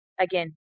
again